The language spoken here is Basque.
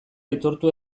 aitortu